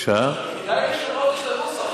אולי כדאי לשנות את הנוסח.